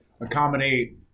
accommodate